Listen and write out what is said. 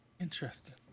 Interesting